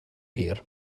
hir